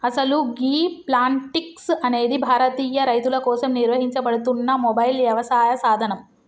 అసలు గీ ప్లాంటిక్స్ అనేది భారతీయ రైతుల కోసం నిర్వహించబడుతున్న మొబైల్ యవసాయ సాధనం